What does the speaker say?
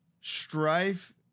strife